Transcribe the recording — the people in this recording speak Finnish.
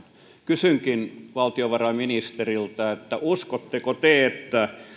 kysynkin valtiovarainministeriltä uskotteko te että